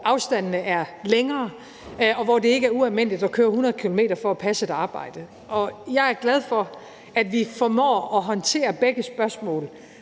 afstandene er længere, og hvor det ikke er ualmindeligt at køre 100 km for at passe et arbejde. Jeg er glad for, at vi formår at håndtere begge spørgsmål